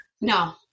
no